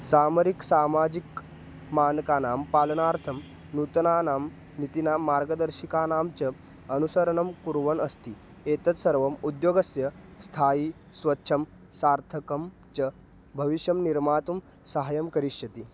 सामरिकं सामाजिकं मानकानां पालनार्थं नूतनानां नीतिनां मार्गदर्शिकानां च अनुसरणं कुर्वन् अस्ति एतत् सर्वम् उद्योगस्य स्थायी स्वच्छं सार्थकं च भविष्यं निर्मातुं सहायं करिष्यति